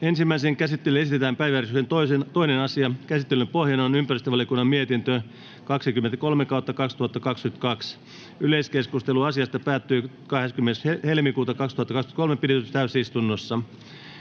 Ensimmäiseen käsittelyyn esitellään päiväjärjestyksen 2. asia. Käsittelyn pohjana on ympäristövaliokunnan mietintö YmVM 23/2022 vp. Yleiskeskustelu asiasta päättyi 20.2.2023 pidetyssä täysistunnossa.